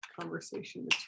conversation